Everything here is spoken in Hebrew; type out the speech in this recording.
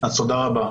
תודה רבה.